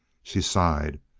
she sighed.